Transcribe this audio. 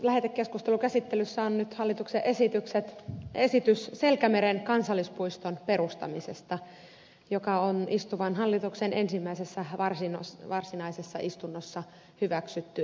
lähetekeskustelukäsittelyssä on nyt hallituksen esitys selkämeren kansallispuiston perustamisesta joka on istuvan hallituksen ensimmäisessä varsinaisessa istunnossa hyväksytty ehdotus